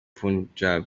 punjab